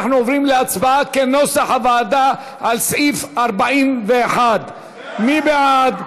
אנחנו עוברים להצבעה כנוסח הוועדה על סעיף 41. מי בעד?